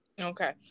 okay